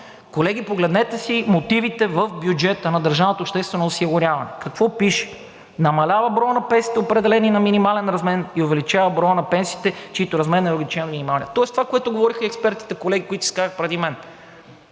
Колеги, погледнете си мотивите в бюджета на държавното обществено осигуряване. Какво пише? „Намалява броят на пенсиите, определени на минимален размер, и се увеличава броят на пенсиите, чийто размер е увеличен на минимален.“ Тоест това, което говореха и експертите колеги, които се изказаха преди мен.